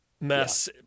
mess